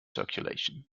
circulation